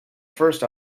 first